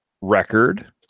Record